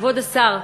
כבוד השר,